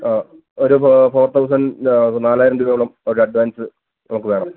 ആ ഒരു four thousand നാലായിരം രൂപയോളം ഒരു അഡ്വാന്സ് നമുക്ക് വേണം